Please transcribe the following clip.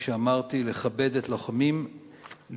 מה לעשות, אני הגעתי לכפר-אדומים לפני 30